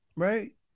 right